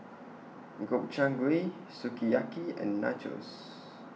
Gobchang Gui Sukiyaki and Nachos